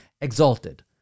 exalted